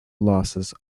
losses